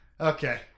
Okay